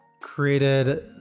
created